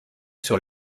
sur